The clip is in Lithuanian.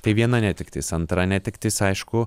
tai viena netektis antra netektis aišku